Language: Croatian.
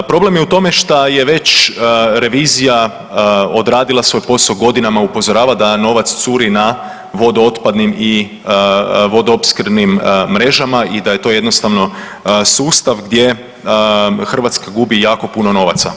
Problem je u tome što je već revizija odradila svoj posao, godinama upozorava da novac curi na vodootpadnim i vodoopskrbnim mrežama i da je to jednostavno sustav gdje Hrvatska gubi jako puno novaca.